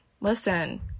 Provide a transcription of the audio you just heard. Listen